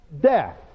death